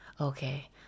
Okay